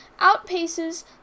outpaces